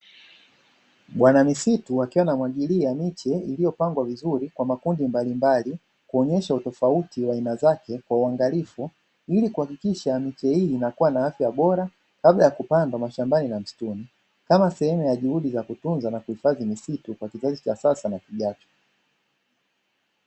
Bwana misitu akiwa ana mwagilia miche iliyopangwa vizuri kwa makundi mbalimbali kuonyesha utofauti ya aina zake kwa uangalifu ili kuhakikisha miche hii ina kuwa na afya bora kabla ya kupanda mashambani na msimu kama sehemu ya juhudi za kutunza na kuhifadhi misitu kwa kizazi cha sasa na kijacho.